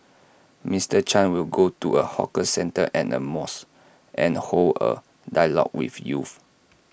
Mister chan will go to A hawker centre and A mosque and hold A dialogue with youth